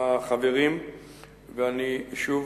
ואני שוב